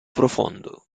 profondo